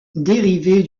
dérivé